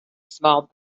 small